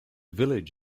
village